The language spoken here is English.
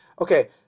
Okay